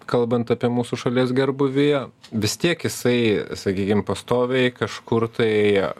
kalbant apie mūsų šalies gerbūvį vis tiek jisai sakykim pastoviai kažkur tai